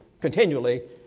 continually